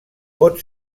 pot